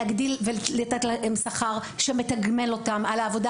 להגדיל ולתת להם שכר שמתגמל אותם על העבודה